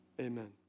amen